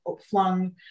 flung